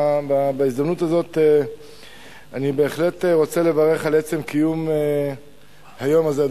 בהזדמנות הזאת אני בהחלט רוצה לברך על עצם קיום היום הזה בכנסת,